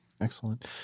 excellent